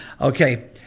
Okay